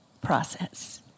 process